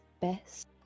best